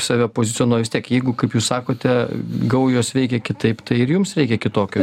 save pozicionuoja vis tiek jeigu kaip jūs sakote gaujos veikia kitaip tai ir jums reikia kitokio